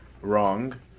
wrong